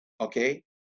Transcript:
okay